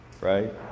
right